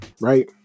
Right